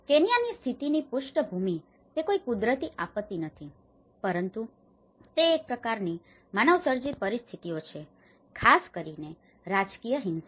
કેન્યાની સ્થિતિની પૃષ્ઠભૂમિ તે કોઈ કુદરતી આપત્તિ નથી પરંતુ તે એક પ્રકારની માનવસર્જિત પરિસ્થિતિઓ છે ખાસ કરીને રાજકીય હિંસા